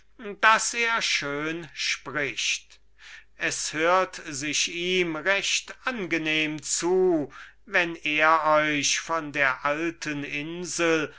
daß er gut spricht es hört sich ihm recht angenehm zu wenn er euch von der insel